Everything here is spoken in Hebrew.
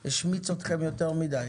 הוא השמיץ אתכם יותר מדי.